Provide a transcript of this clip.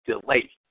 delay